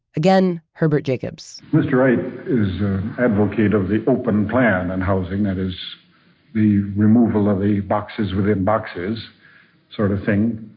again, herbert jacobs mr. wright is an advocate of the open plan in housing. that is the removal of the boxes within boxes sort of thing,